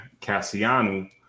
Cassiano